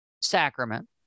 sacrament